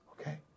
Okay